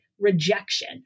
rejection